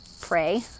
pray